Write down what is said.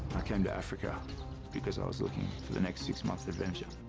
i came to africa because i was looking for the next six month adventure.